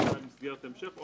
הסעה אל מסגרת המשך או